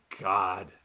God